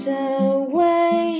away